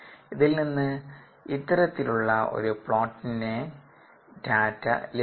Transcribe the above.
ഇതില് നിന്ന് ഇത്തരത്തിലുള്ള ഒരു പ്ലോട്ടിന്റെ ഡാറ്റ ലഭിക്കും